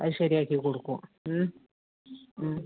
ഐശ്വര്യമാക്കി കൊടുക്കും ഉം ഉം